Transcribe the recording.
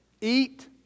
Eat